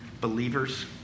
Believers